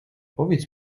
powiedz